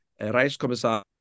Reichskommissar